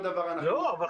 לגבי